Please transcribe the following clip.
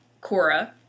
Cora